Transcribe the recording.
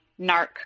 narc